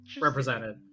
represented